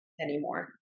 anymore